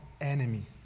enemy